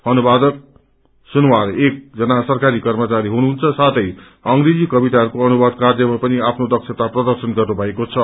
अनुवादक एकजना सरकारी कर्मचारी हुनहुन्छ साथे अंग्रेजी कविताहरूको अुनुवाद कार्यामा पनि आफना देक्षाता प्रर्दशन गर्नुषएको छ